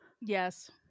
Yes